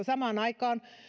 samaan aikaan